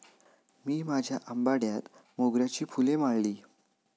मी माझ्या आंबाड्यात मोगऱ्याची फुले माळली